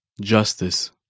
Justice